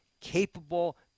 capable